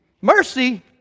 mercy